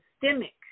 systemic